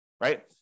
right